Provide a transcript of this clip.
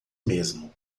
mesmo